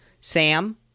Sam